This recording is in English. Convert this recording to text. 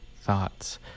thoughts